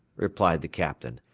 replied the captain,